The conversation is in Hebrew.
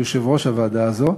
שהוא יושב-ראש הוועדה הזו,